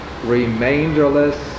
remainderless